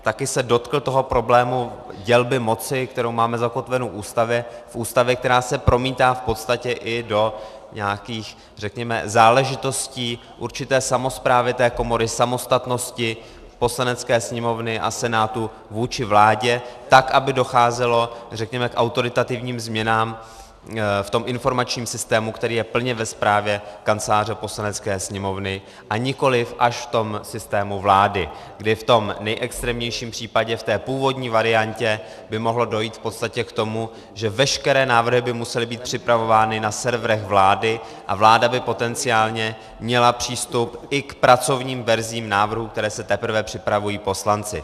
Taky se dotkl toho problému dělby moci, kterou máme zakotvenu v Ústavě, která se promítá v podstatě i do nějakých záležitostí určité samosprávy té komory, samostatnosti Poslanecké sněmovny a Senátu vůči vládě tak, aby docházelo řekněme k autoritativním změnám v tom informačním systému, který je plně ve správě Kanceláře Poslanecké sněmovny, a nikoliv až v tom systému vlády, kdy v nejextrémnějším případě v té původní variantě by mohlo dojít v podstatě k tomu, že veškeré návrhy by musely být připravovány na serverech vlády a vláda by potenciálně měla přístup i k pracovním verzím návrhů, které se teprve připravují poslanci.